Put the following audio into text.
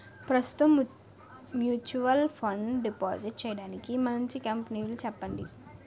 ప్రస్తుతం mutual fund deposit చేయడానికి మంచి కంపెనీలు చెప్పండి